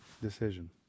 decision